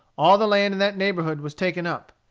all the land in that neighborhood was taken up.